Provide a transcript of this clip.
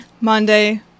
Monday